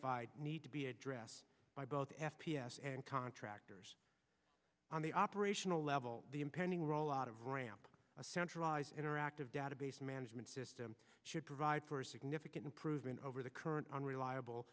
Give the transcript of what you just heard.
d need to be addressed by both f p s and contractors on the operational level the impending rollout of ramp a centralized interactive database management system should provide for a significant improvement over the current unreliable